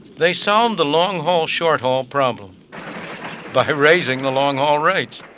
they solved the long haul short haul problem by raising the long haul rates.